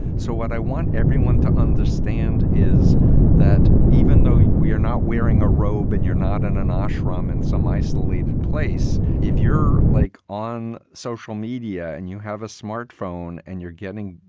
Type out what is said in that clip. so what i want everyone to understand is that even though we are not wearing a robe and you're not in an ashram in some isolated place, if you're like on social media and you have a smartphone and you're getting,